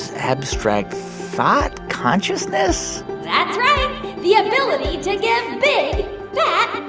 abstract thought? consciousness? that's right the ability to give big, yeah